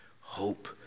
hope